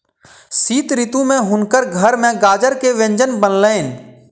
शीत ऋतू में हुनकर घर में गाजर के व्यंजन बनलैन